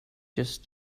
just